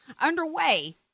underway